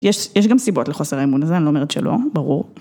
יש גם סיבות לחוסר האמון הזה, אני לא אומרת שלא, ברור.